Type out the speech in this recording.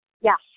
Yes